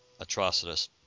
Atrocitus